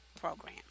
program